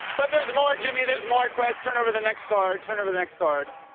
but there's more, jimmy. there's more. quest, turn over the next card. turn over the next card.